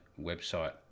website